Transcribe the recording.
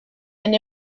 and